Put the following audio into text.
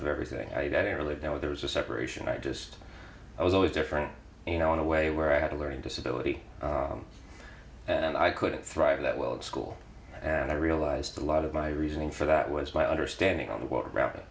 of everything i barely know there was a separation i just i was always different you know in a way where i had a learning disability and i couldn't thrive that well in school and i realized a lot of my reasoning for that was my understanding on the rabbit